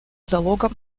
залогом